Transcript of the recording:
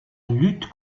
lutte